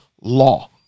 law